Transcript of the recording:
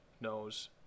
knows